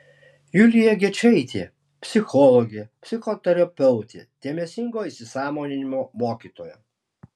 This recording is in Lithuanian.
julija gečaitė psichologė psichoterapeutė dėmesingo įsisąmoninimo mokytoja